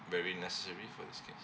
very necessary for this case